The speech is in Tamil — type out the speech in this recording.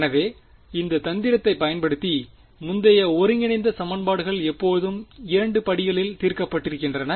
எனவே இந்த தந்திரத்தை பயன்படுத்தி முந்தைய ஒருங்கிணைந்த சமன்பாடுகள் எப்போதும் 2 படிகளில் தீர்க்கப்பட்டிருக்கின்றன